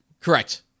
Correct